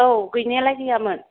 औ गैनायालाय गैयामोन